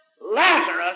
Lazarus